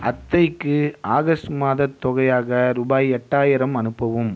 அத்தைக்கு ஆகஸ்ட் மாதத் தொகையாக ரூபாய் எட்டாயிரம் அனுப்பவும்